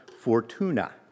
Fortuna